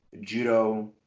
judo